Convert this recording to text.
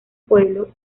pueblo